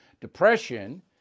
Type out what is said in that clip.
Depression